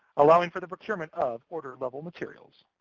allowing for the procurement of order-level materials.